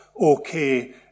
okay